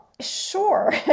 Sure